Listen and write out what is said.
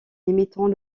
limitant